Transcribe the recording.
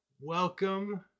welcome